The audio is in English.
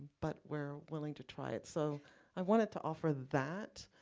but we're willing to try it. so i wanted to offer that